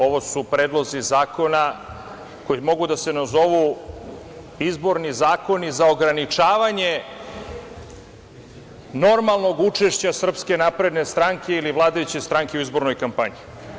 Ovo su predlozi zakona, koji mogu da se nazovu izborni zakoni za ograničavanje normalnog učešća SNS ili vladajuće stranke u izbornoj kampanji.